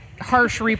harsh